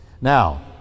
Now